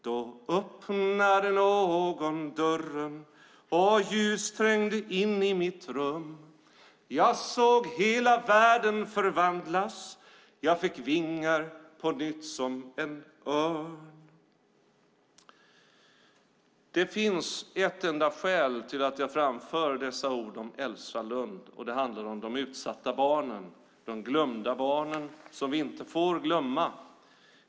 Då öppnade någon dörren och ljus trängde in i mitt rum. Jag såg hela världen förvandlas jag fick vingar på nytt som en örn. Det finns ett enda skäl till att jag framför dessa ord om Elsa Lund. Det handlar om de utsatta barnen - de glömda barnen som vi inte får glömma.